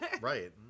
right